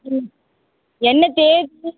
ம் என்ன தேதி